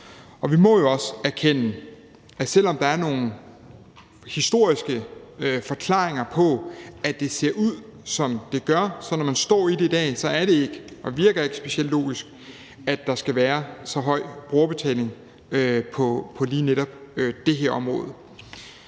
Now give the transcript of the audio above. Vi må jo også erkende, at selv om der er nogle historiske forklaringer på, at det ser ud, som det gør, så er det ikke og virker ikke, når man står i det i dag, specielt logisk, at der skal være så høj brugerbetaling på lige netop det her område.